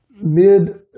mid